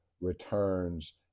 returns